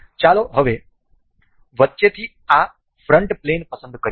ચાલો વચ્ચેથી આ ફ્રન્ટ પ્લેન પસંદ કરીએ